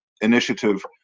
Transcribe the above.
initiative